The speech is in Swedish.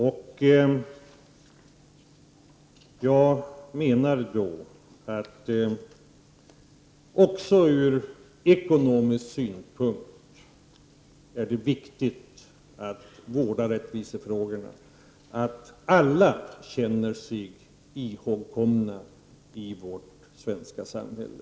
Även ur ekonomisk synpunkt är det viktigt att vårda rättvisefrågorna, så att alla känner sig ihågkomna i vårt svenska samhälle.